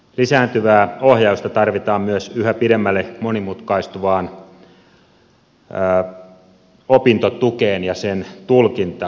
lisääntyvää ohjausta tarvitaan myös yhä pidemmälle monimutkaistuvaan opintotukeen ja sen tulkintaan